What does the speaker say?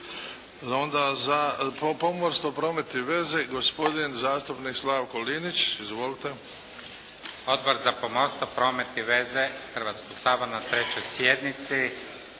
za pomorstvo, promet i veze gospodin zastupnik Slavko Linić. Izvolite. **Linić, Slavko (SDP)** Odbor za pomorstvo, promet i veze Hrvatskoga sabora na trećoj sjednici